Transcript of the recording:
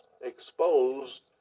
exposed